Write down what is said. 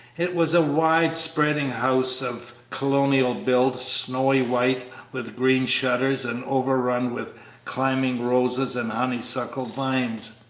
it was a wide-spreading house of colonial build, snowy white with green shutters and overrun with climbing roses and honeysuckle vines.